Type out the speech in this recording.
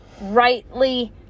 rightly